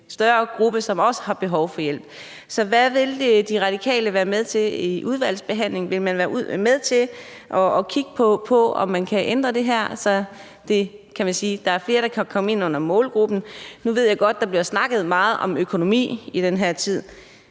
større gruppe, som også har behov for hjælp. Så hvad vil De Radikale være med til i udvalgsbehandlingen: Vil man være med til at kigge på, om man kan ændre det her, så der er flere, der kan komme ind under målgruppen? Nu ved jeg godt, at der bliver snakket meget om økonomi i den her tid,